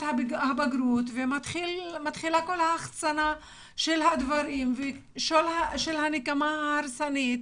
הבגרות ומתחילה כל ההחצנה של הדברים ושל הנקמה ההרסנית.